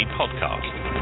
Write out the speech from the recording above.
Podcast